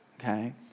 okay